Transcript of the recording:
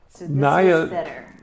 naya